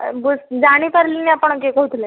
ଜାଣିପାରିଲିନି ଆପଣ କିଏ କହୁଥିଲେ